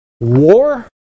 War